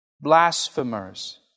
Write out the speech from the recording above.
blasphemers